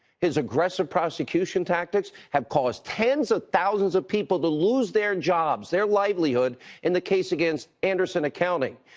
his aggressive prosecution tactics have caused tens of thousands of people to lose their jobs, their livelihood in the case against andersen accounting.